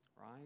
right